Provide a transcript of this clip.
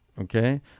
Okay